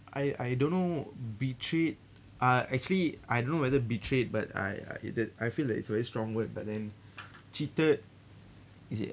I I don't know betrayed uh actually I don't know whether betrayed but I I it did I feel that it's very strong word but then cheated is it